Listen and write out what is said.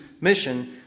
mission